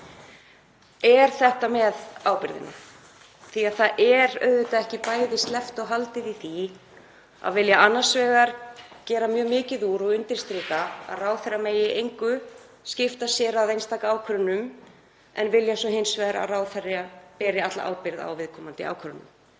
er þetta með ábyrgðina. Það verður auðvitað ekki bæði sleppt og haldið í því að vilja annars vegar gera mjög mikið úr og undirstrika að ráðherra megi í engu skipta sér af einstaka ákvörðunum en vilja svo hins vegar að ráðherra beri alla ábyrgð á viðkomandi ákvörðunum.